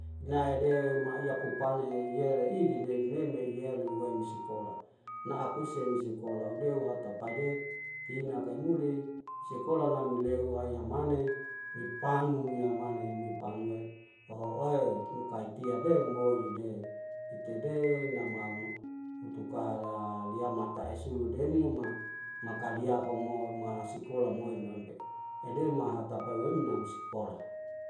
Inai de maiya kupane yele idine dine me iyeluwai misikola na'apusen misikola ude uhatapae de tina kaimuli sikola namileu wayamane mipanu miyamane mipanu e oho ohe kinu kaitia de moi de itede namama utu kahala liamata esulu demum ma makaliyaho mo ma masikola moina pe' edema hatapae wemna misikola